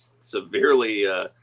severely